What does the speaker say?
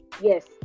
yes